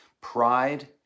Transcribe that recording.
pride